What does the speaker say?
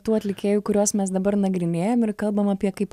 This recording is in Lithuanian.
tų atlikėjų kuriuos mes dabar nagrinėjam ir kalbam apie kaip